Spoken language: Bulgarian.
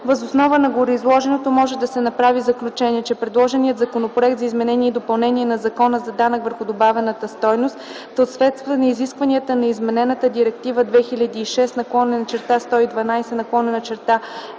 Въз основа на гореизложеното може да се направи заключение, че предложеният Законопроект за изменение и допълнение на Закона за данък върху добавената стойност, съответства на изискванията на изменената Директива 2006/112/ЕО относно общата